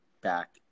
back